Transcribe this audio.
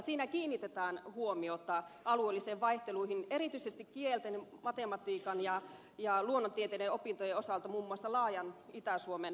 siinä kiinnitetään huomiota alueellisiin vaihteluihin erityisesti kielten matematiikan ja luonnontieteiden opintojen osalta muun muassa laajassa itä suomessa